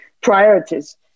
priorities